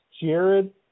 Jared